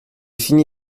fini